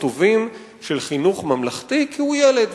טובים של חינוך ממלכתי כי הוא ילד,